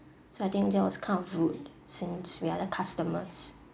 so I think that was kind of rude since we are the customers